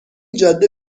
جاده